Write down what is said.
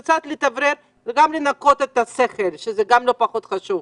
זה קצת להתאוורר ולנקות את הראש וזה לא פחות חשוב.